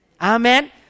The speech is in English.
Amen